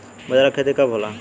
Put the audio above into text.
बजरा के खेती कब होला?